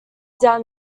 down